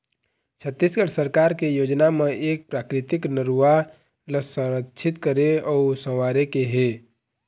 छत्तीसगढ़ सरकार के योजना म ए प्राकृतिक नरूवा ल संरक्छित करे अउ संवारे के हे